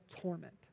torment